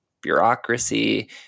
bureaucracy